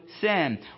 sin